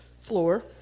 floor